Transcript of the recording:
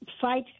fight